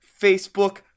facebook